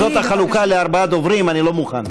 אם זו החלוקה לארבע דוברים, אני לא מוכן.